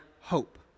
hope